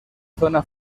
zona